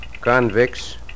convicts